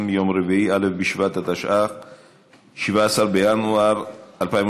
ותעבור לוועדת החוקה,